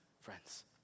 friends